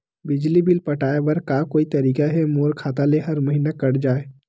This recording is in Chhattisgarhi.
बिजली बिल पटाय बर का कोई तरीका हे मोर खाता ले हर महीना कट जाय?